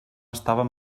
estaven